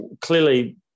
clearly